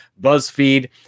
BuzzFeed